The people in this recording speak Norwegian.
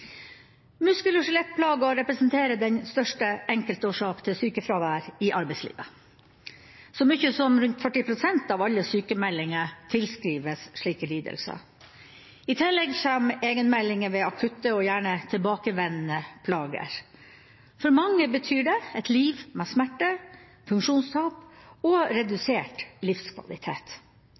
Muskel- og skjelettplager representerer den største enkeltårsaken til sykefravær i arbeidslivet. Så mye som rundt 40 pst. av alle sykemeldinger tilskrives slike lidelser. I tillegg kommer egenmeldinger ved akutte og gjerne tilbakevendende plager. For mange betyr det et liv med smerter, funksjonstap og redusert livskvalitet.